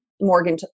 Morgan